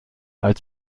als